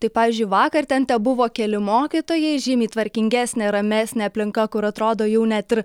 tai pavyzdžiui vakar ten tebuvo keli mokytojai žymiai tvarkingesnė ramesnė aplinka kur atrodo jau net ir